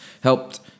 helped